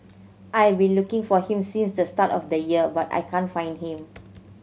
I have been looking for him since the start of the year but I can't find him